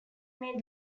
made